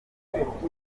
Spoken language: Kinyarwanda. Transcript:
rudahigwa